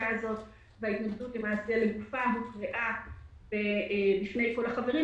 הזאת וההתנגדות הוקראה בפני כל החברים,